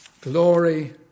glory